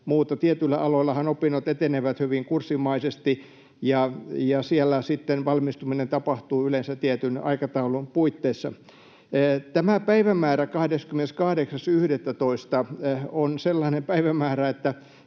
Tietyillä aloillahan opinnot etenevät hyvin kurssimaisesti, ja siellä sitten valmistuminen tapahtuu yleensä tietyn aikataulun puitteissa. Tämä päivämäärä 28.11. on sellainen päivämäärä —